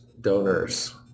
donors